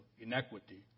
inequity